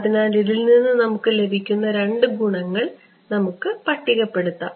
അതിനാൽ ഇതിൽ നിന്ന് നമുക്ക് ലഭിക്കുന്ന രണ്ട് ഗുണങ്ങൾ നമുക്ക് പട്ടികപ്പെടുത്താം